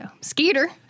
Skeeter